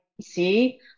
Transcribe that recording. see